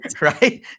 Right